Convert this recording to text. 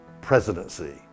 presidency